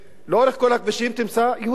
לאורך כל הכבישים תמצא יהודים.